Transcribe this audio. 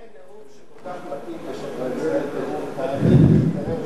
זה נאום שכל כך מתאים לשגריר ישראל באו"ם,